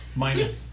minus